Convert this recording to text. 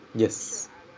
yes